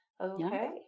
Okay